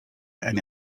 and